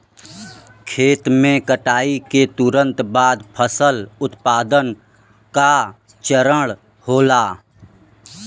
खेती में कटाई के तुरंत बाद फसल उत्पादन का चरण होला